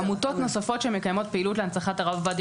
עמותות נוספות שמקיימות פעילות להנצחת הרב עובדיה